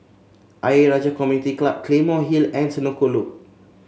Ayer Rajah Community Club Claymore Hill and Senoko Loop